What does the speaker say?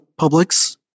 Publix